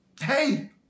hey